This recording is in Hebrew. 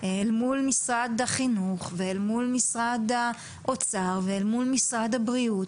אל מול משרד החינוך ואל מול משרד האוצר ואל מול משרד הבריאות